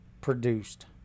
produced